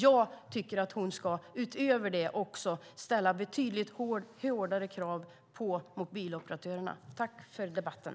Jag tycker att hon utöver det ska ställa betydligt hårdare krav på mobiloperatörerna. Tack för debatten!